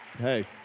Hey